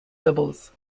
doubles